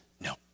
No